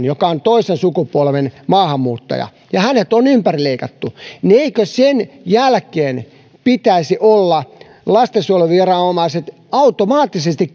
joka on toisen sukupolven maahanmuuttaja ja joka on ympärileikattu niin eikö sen jälkeen pitäisi olla lastensuojeluviranomaisten automaattisesti